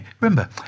Remember